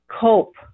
cope